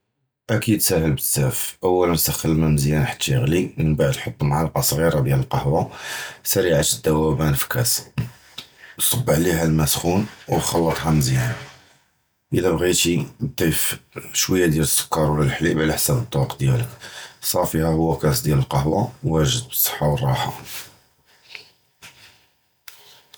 אַכֵּיד סַהֵלּ בְּזַבַּא, אוּלָא סַחַּן אֶל-מַא מְזִיּאַנָאן חַתָּא יִגְלִי, וּמִנְּבַּעְד חַטּ מַעְלֵקַה סְגִּירָה דִיַּאל אֶל-קָהְוֶה סַרִיעַת אֶל-זּוֹבּּוּן בְּכַּאס, וְסַבּ עָלֵיהּ אֶל-מַא סַחּוּן וְחַלַּטְהּ מְזִיּאַנָאן. אִלָּא בְּגִ'ת תְּזִיף שׁוּיָּא דֶּל-סּוּכַּר אוּ אֶל-חָלִיב עַל חִסַּאב אֶל-זּוּקּ דִיָּאלְכּ, סַפִּי, הַאהוּ כַּאס דִיָּאל אֶל-קָהְוֶה וָאגֵ'ד, בְּצַחָה וְרָרַחָה.